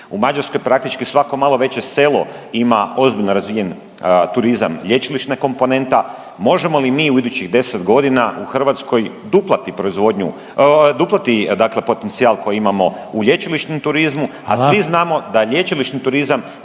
U Mađarskoj praktički svako malo veće selo ima ozbiljno razvijen turizam lječilišne komponenta. Možemo li mi u idućih 10 godina u Hrvatskoj duplati proizvodnju, duplati dakle potencijal koji imamo u lječilišnom turizmu, a svi znamo … .../Upadica: